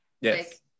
Yes